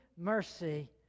mercy